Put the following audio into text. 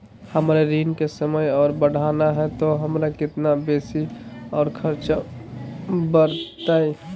हमर ऋण के समय और बढ़ाना है तो हमरा कितना बेसी और खर्चा बड़तैय?